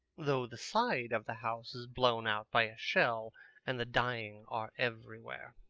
though the side of the house is blown out by a shell and the dying are everywhere.